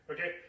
Okay